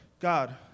God